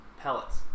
pellets